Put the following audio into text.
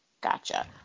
gotcha